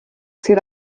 sydd